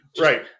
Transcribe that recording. Right